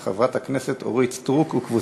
חבר הכנסת סולומון ביקש להירשם גם כן כמצביע בעד.